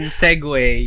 segue